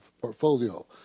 portfolio